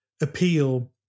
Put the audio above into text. appeal